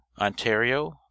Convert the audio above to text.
Ontario